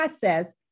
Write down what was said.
process